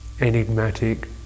enigmatic